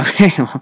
Okay